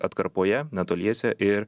atkarpoje netoliese ir